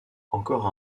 encore